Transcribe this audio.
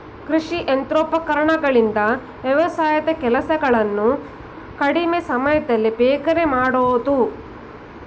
ಕೃಷಿ ಯಂತ್ರೋಪಕರಣಗಳಿಂದ ವ್ಯವಸಾಯದ ಕೆಲಸಗಳನ್ನು ಕಡಿಮೆ ಸಮಯದಲ್ಲಿ ಬೇಗನೆ ಮಾಡಬೋದು